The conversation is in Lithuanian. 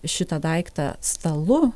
šitą daiktą stalu